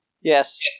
Yes